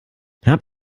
hab